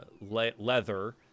leather